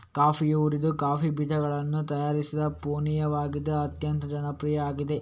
ಕಾಫಿಯು ಹುರಿದ ಕಾಫಿ ಬೀಜಗಳಿಂದ ತಯಾರಿಸಿದ ಪಾನೀಯವಾಗಿದ್ದು ಅತ್ಯಂತ ಜನಪ್ರಿಯ ಆಗಿದೆ